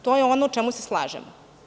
To je ono u čemu se slažemo.